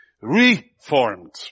reformed